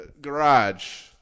Garage